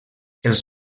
els